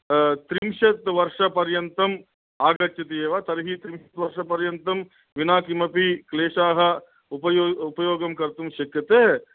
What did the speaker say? त्रिंशत् वर्षपर्यन्तम् आगच्छति एव तर्हि त्रिंशत् वर्षपर्यन्तं विना किमपि क्लेशाः उपयो उपयोगं कर्तुं शक्यते